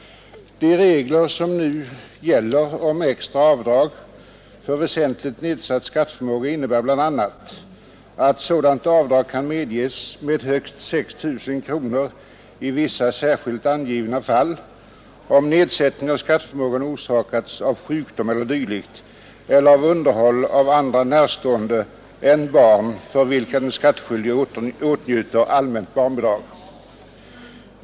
De regler som nu gäller om extra avdrag för väsentligt nedsatt skatteförmåga innebär bl.a. att sådant avdrag kan medges med högst 6000 kronor i vissa särskilt angivna fall, om nedsättningen av skatteförmågan orsakats av sjukdom eller dylikt eller av underhåll av andra närstående än barn för vilka den skattskyldige åtnjuter allmänt barnbidrag.